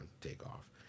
takeoff